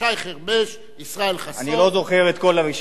שי חרמש, ישראל חסון, אני לא זוכר את כל הרשימה.